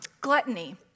Gluttony